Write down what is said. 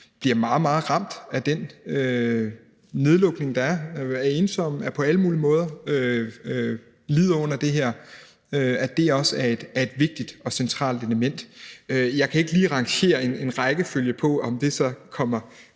meget hårdt ramt af den nedlukning, der er, ved at de bliver ensomme og på alle mulige måder lider under det her. Det er også et vigtigt og centralt element. Jeg kan ikke lige rangere en rækkefølge, med hensyn